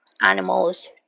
animals